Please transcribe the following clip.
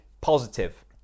positive